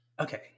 Okay